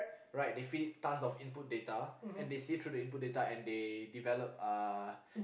right they feed it tons of input data and they sit through the input data and they develop uh